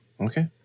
Okay